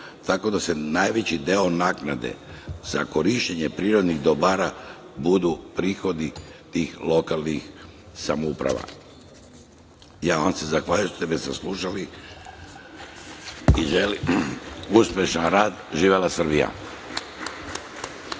tako da se najveći deo naknade za korišćenje prirodnih dobara budu prihodi tih lokalnih samouprava. Zahvaljujem vam se što ste me saslušali. Želim vam uspešan rad. Živela Srbija.